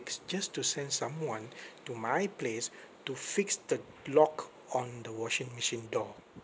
just to send someone to my place to fix the lock on the washing machine door